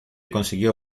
consiguió